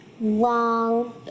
long